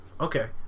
okay